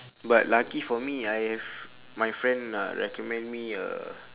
but lucky for me I have my friend lah recommend me a